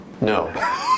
No